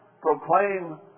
proclaim